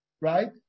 Right